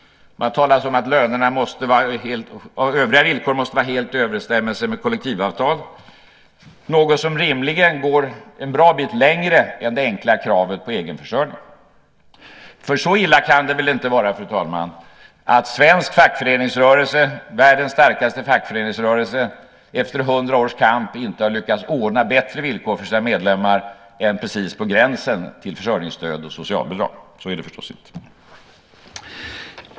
Det talas om att lönerna och övriga villkor måste vara helt i överensstämmelse med kollektivavtal, något som rimligen går en bra bit längre än det enkla kravet på egen försörjning. Så illa kan det väl inte vara, fru talman, att svensk fackföreningsrörelse, världens starkaste fackföreningsrörelse, efter hundra års kamp inte har lyckats ordna bättre villkor för sina medlemmar än precis på gränsen till försörjningsstöd och socialbidrag. Så är det naturligtvis inte.